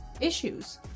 issues